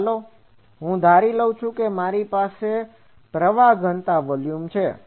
તો ચાલો હું ધારી લઈઉં છું કે મારી પાસે પ્રવાહ ઘનતા વોલ્યુમ છે